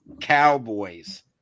Cowboys